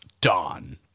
Dawn